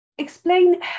explain